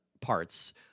parts